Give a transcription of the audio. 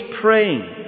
praying